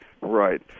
Right